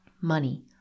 Money